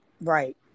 right